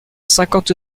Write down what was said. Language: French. cinquante